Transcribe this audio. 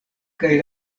kaj